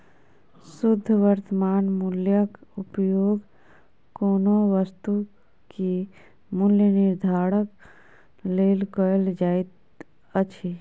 शुद्ध वर्त्तमान मूल्यक उपयोग कोनो वस्तु के मूल्य निर्धारणक लेल कयल जाइत अछि